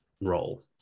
role